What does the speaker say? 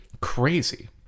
crazy